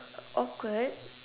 awkward